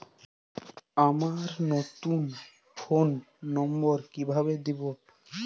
আমার নতুন phone number কিভাবে দিবো?